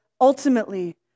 ultimately